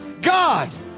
God